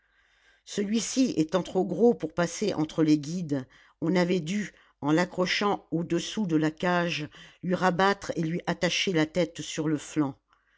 celui-ci étant trop gros pour passer entre les guides on avait dû en l'accrochant au-dessous de la cage lui rabattre et lui attacher la tête sur le flanc